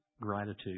gratitude